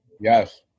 Yes